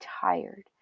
tired